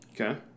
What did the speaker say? Okay